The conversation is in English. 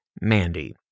Mandy